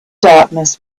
darkness